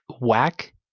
whack